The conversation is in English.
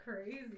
crazy